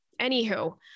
anywho